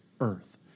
earth